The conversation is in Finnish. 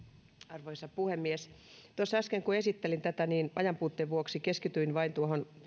arvoisa puhemies tuossa äsken kun esittelin tätä ajan puutteen vuoksi keskityin vain tuohon